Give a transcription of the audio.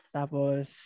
tapos